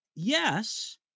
Yes